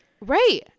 right